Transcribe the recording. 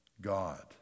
God